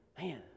Man